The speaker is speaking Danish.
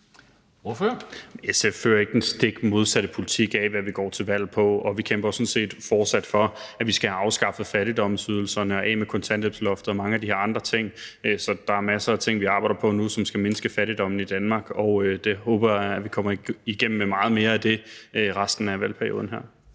(SF): SF fører ikke den stik modsatte politik af, hvad vi går til valg på, og vi kæmper sådan set fortsat for, at vi skal have afskaffet fattigdomsydelserne og komme af med kontanthjælpsloftet og mange af de her andre ting. Så der er masser af ting, vi arbejder på nu, som skal mindske fattigdommen i Danmark, og meget mere af det håber jeg vi kommer af med i løbet af resten af valgperioden her.